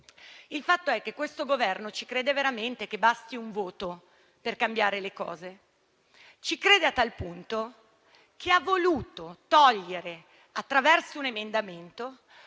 Il fatto è che questo Governo crede veramente che basti un voto per cambiare le cose. Ci crede a tal punto che ha voluto eliminare, attraverso un emendamento,